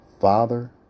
Father